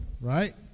right